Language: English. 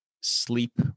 sleep